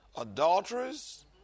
adulterers